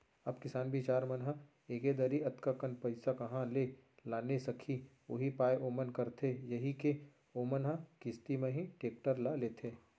अब किसान बिचार मन ह एके दरी अतका कन पइसा काँहा ले लाने सकही उहीं पाय ओमन करथे यही के ओमन ह किस्ती म ही टेक्टर ल लेथे